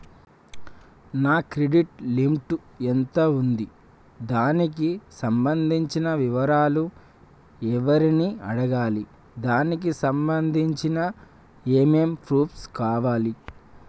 నా credit limit ఎంత ఉంది? దానికి సంబంధించిన వివరాలు ఎవరిని అడగాలి? దానికి సంబంధించిన ఏమేం ప్రూఫ్స్ కావాలి?